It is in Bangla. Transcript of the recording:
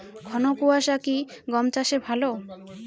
ঘন কোয়াশা কি গম চাষে ভালো?